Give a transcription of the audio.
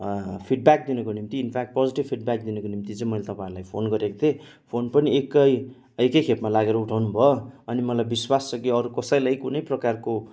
feedback दिनको निम्ति in fact positive feedback दिनको निम्ति चाहिँ मैले तपाईँहरूलाई फोन गरेको थिएँ फोन पनि एकै एकै खेपमा लागेर उठाउनु भयो अनि मलाई विश्वास छ कि अरू कसैलाई कुनै प्रकारको